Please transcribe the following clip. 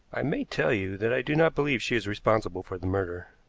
i may tell you that i do not believe she is responsible for the murder.